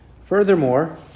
Furthermore